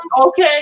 Okay